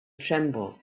tremble